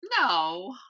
No